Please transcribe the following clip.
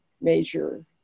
major